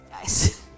guys